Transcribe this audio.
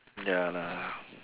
ya lah